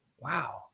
Wow